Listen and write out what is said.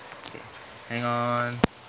okay hang on